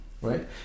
right